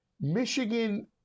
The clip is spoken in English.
Michigan